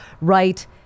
right